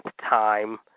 time